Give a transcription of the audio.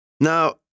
Now